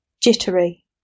Jittery